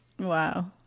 Wow